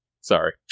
Sorry